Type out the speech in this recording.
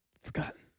Forgotten